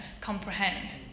comprehend